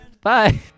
Bye